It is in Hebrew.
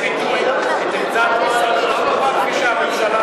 להבהיר שהבאתי לידי ביטוי את העמדה כפי שהממשלה